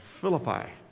Philippi